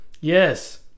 Yes